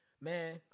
man